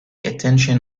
attention